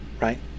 right